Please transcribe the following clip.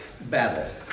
battle